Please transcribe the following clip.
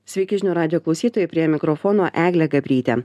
sveiki žinių radijo klausytojai prie mikrofono eglė gabrytė